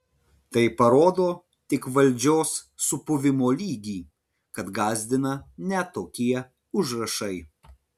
tai parodo tik valdžios supuvimo lygį kad gąsdina net tokie užrašai